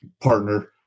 partner